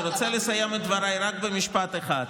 אני רוצה לסיים את דבריי רק במשפט אחד.